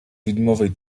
widmowej